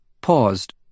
paused